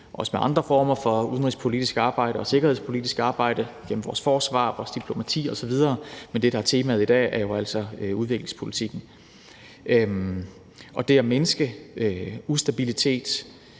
også med andre former for udenrigspolitisk og sikkerhedspolitisk arbejde gennem vores forsvar, vores diplomati osv. Men det, der er temaet i dag, er jo altså udviklingspolitikken, hvor det at mindske ustabilitet